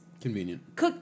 convenient